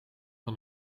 van